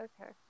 Okay